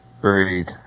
Breathe